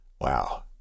Wow